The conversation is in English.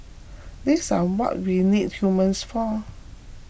these are what we need humans for